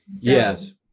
Yes